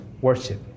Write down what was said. worship